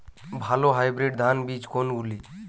ভালো হাইব্রিড ধান বীজ কোনগুলি?